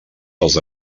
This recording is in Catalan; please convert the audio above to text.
dels